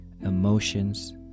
emotions